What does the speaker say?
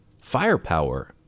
firepower